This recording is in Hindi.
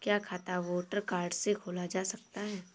क्या खाता वोटर कार्ड से खोला जा सकता है?